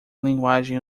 linguagem